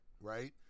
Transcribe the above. right